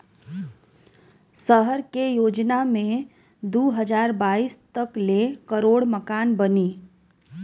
सहर के योजना मे दू हज़ार बाईस तक ले करोड़ मकान बनी